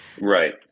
Right